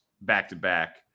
back-to-back